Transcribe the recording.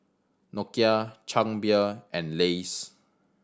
Nokia Chang Beer and Lays